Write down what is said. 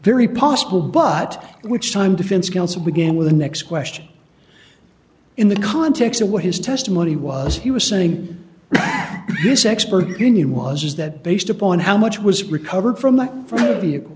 very possible but which time defense counsel began with the next question in the context of what his testimony was he was saying this expert opinion was that based upon how much was recovered from th